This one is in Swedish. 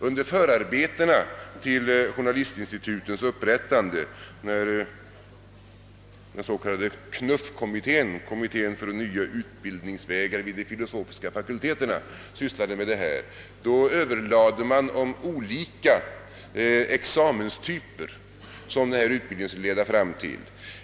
Under förarbetena till propositionen om journalistinstituten, d. v. s. när den s.k. KNUFF-kommittén, kommittén för nya utbildningsvägar vid de filosofiska fakulteterna, sysslade med dessa frågor, överlade man om vilka examenstyper denna utbildning skulle leda fram till.